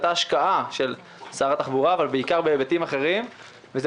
הייתה השקעה של שר התחבורה אבל בעיקר בהיבטים אחרים וזה